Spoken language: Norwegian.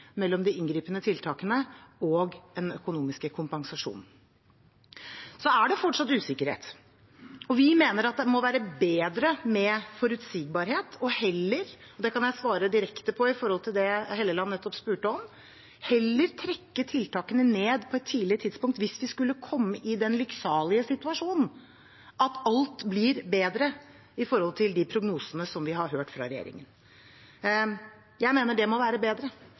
mellom de inngripende tiltakene og den økonomiske kompensasjonen. Det er fortsatt usikkerhet, og vi mener at det må være bedre med forutsigbarhet og heller – jeg kan svare direkte på det Helleland nettopp spurte om – trekke tiltakene ned på et tidlig tidspunkt hvis vi skulle komme i den lykksalige situasjon at alt blir bedre i forhold til de prognosene som vi har hørt fra regjeringen. Jeg mener det må være bedre.